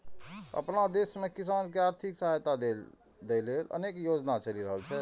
अपना देश मे किसान कें आर्थिक सहायता दै लेल अनेक योजना चलि रहल छै